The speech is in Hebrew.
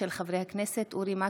של חברי הכנסת אורי מקלב,